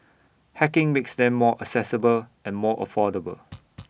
hacking makes them more accessible and more affordable